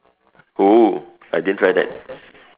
oh I didn't try that